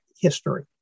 history